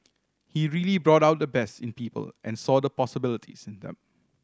he really brought out the best in people and saw the possibilities in them